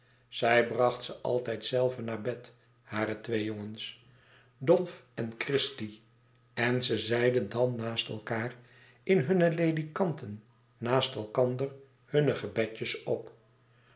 zij bracht ze altijd zelve naar bed hare twee jongens dolf en christie en ze zeiden dan naast elkaâr in hunne ledekanten naast elkander hunne gebedjes op